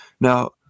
Now